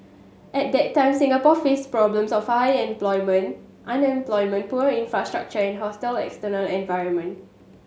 at that time Singapore faced problems of high employment unemployment poor infrastructure and hostile external environment